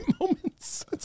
moments